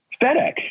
FedEx